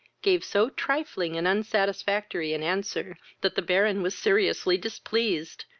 gave so trifling and unsatisfactory an answer, that the baron was seriously displeased,